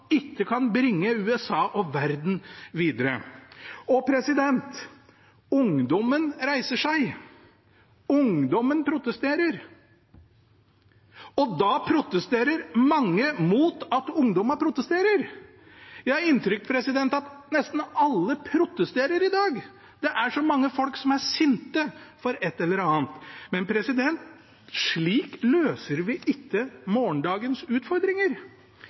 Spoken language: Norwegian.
ikke kan bringe USA og verden videre. Ungdommen reiser seg, ungdommen protesterer – og da protesterer mange mot at ungdommen protesterer! Jeg har inntrykk av at nesten alle protesterer i dag. Det er så mange folk som er sinte for et eller annet. Men slik løser vi ikke morgendagens utfordringer.